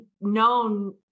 known